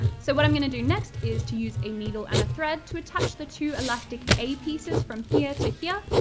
so what i'm going to do next is to use a needle and a thread to attach the two elastic a pieces from here to here,